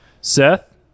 seth